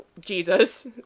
jesus